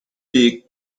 beak